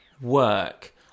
work